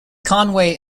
conway